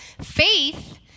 faith